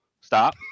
stop